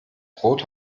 brot